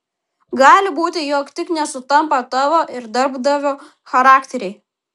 gali būti jog tik nesutampa tavo ir darbdavio charakteriai